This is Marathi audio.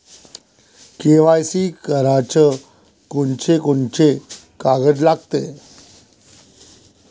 के.वाय.सी कराच कोनचे कोनचे कागद लागते?